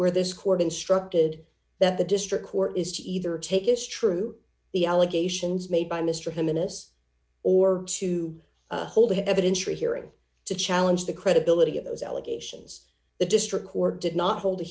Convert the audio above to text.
where this court instructed that the district court is to either take is true the allegations made by mr him in this or to hold his evidence for a hearing to challenge the credibility of those allegations the district court did not hold a